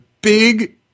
big